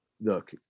look